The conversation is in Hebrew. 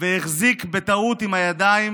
והחזיק בטעות בידיים